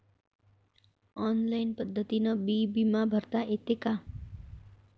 Online पद्धतीनं बी बिमा भरता येते का?